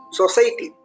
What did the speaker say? society